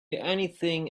anything